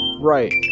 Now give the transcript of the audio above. Right